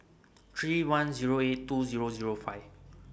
three one Zero eight two Zero Zero five